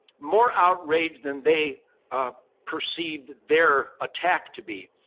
more outrage than they ah perceived their attack to be.